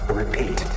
repeat